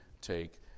take